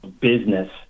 business